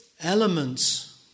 elements